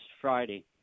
Friday